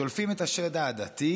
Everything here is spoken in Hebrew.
שולפים את השד העדתי